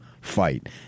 fight